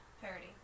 Parody